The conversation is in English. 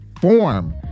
form